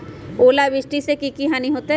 ओलावृष्टि से की की हानि होतै?